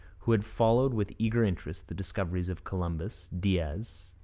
who had followed with eager interest the discoveries of columbus, diaz,